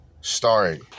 starring